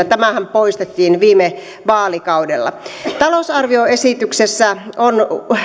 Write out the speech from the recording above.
tämähän poistettiin viime vaalikaudella talousarvioesityksessä on